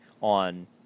on